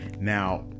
Now